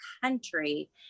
country